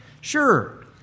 Sure